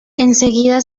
enseguida